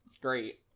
great